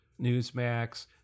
Newsmax